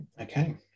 Okay